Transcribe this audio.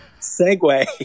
segue